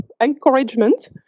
encouragement